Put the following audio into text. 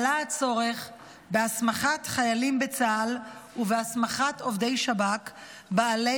עלה הצורך בהסמכת חיילים בצה"ל ובהסמכת עובדי שב"כ בעלי